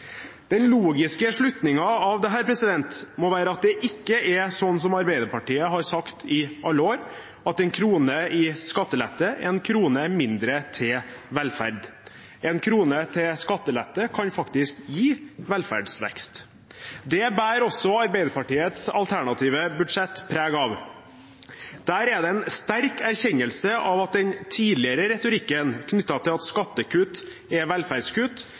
Den logiske slutningen av dette må være at det ikke er sånn som Arbeiderpartiet har sagt i alle år, at en krone i skattelette er en krone mindre til velferd. En krone til skattelette kan faktisk gi velferdsvekst. Det bærer også Arbeiderpartiets alternative budsjett preg av. Der er det en sterk erkjennelse – den tidligere retorikken knyttet til at skattekutt er velferdskutt,